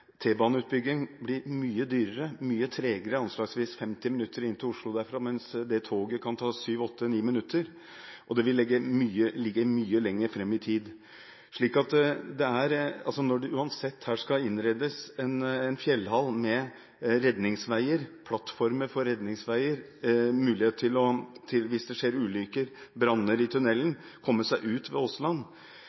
Oslo, mens toget kan ta 7, 8 eller 9 minutter. Og T-baneutbygging vil ligge mye lenger fram i tid. Det skal uansett innredes en fjellhall med redningsveier og plattformer for redningsveier, med muligheter for å komme seg ut ved Åsland hvis det skulle skje ulykker eller oppstå branner i tunnelen,